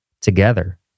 together